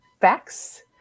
facts